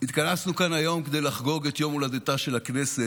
התכנסנו כאן היום כדי לחגוג את יום הולדתה של הכנסת.